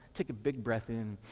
take a big breath in.